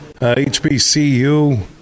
HBCU